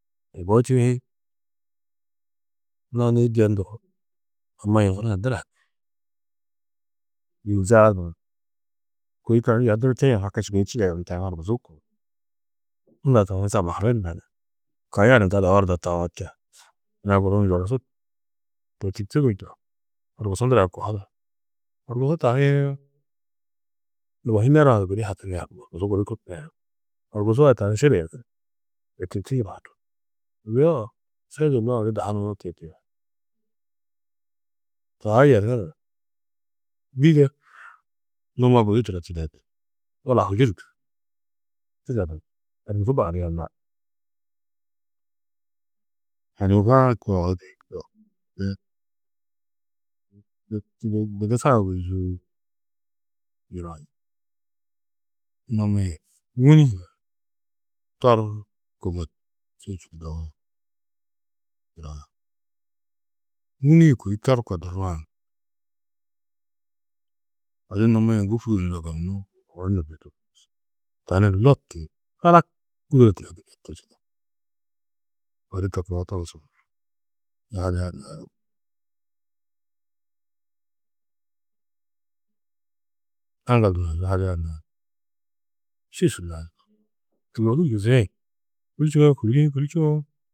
to koo tuyohî, lanirî de ndo, amma yunu hunã duna hunã, dûuzar, kôi tani yerduru tirĩ haki sûgoi tidedu ni tani horkusu unda tani hi samaha du nani, kaya ni gala orda tawo te, yina guru ni yogusu, to tûrtu du ndo, horkusu ndurã kohudar, horkusu tani nubo hi nerã du gudi haki nerú, horkusu gudi nerú, horkusu a tani šidiyunu ni, to tûrtu yilaadu, yoo šinjunoó odu dahu nuu tiyi tuyuha, taa yernuru ni bîde numo gudi turo tidedu ni yala-ã hûduru ni tidedu horkusu baradia ma haŋurãá du tideî dugusa ôguzuu nurã numi-ĩ wûni hunã torko môtsunjunu dohu, wûni-ĩ kôi torko duruwo odu numi-ĩ gûbtugunurdo gunuú owor du tuduŋos, tani ni loptiyi kadak gûduro taŋa gunna tuzudo, odu to koo togusã yuhadia gunna du, aŋgal du yuhadia gunna ni, šiš nani tûgohu yizi-ĩ hûlčunoo, kûbuli-ĩ hûlčunoo.